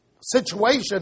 situation